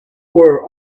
were